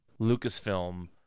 Lucasfilm